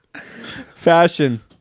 Fashion